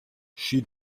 she